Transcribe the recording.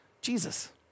Jesus